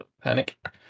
panic